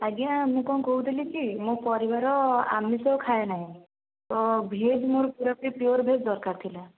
ଆଜ୍ଞା ମୁଁ କ'ଣ କହୁଥିଲି କି ମୋ ପରିବାର ଆମିଷ ଖାଏ ନାହିଁ ତ ଭେଜ୍ ମୋର ପୂରାପୂରି ପିଓର୍ ଭେଜ୍ ଦରକାର ଥିଲା